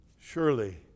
Surely